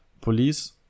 police